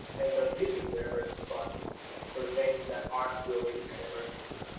end up using their emergency fund for things that aren't really an emergency.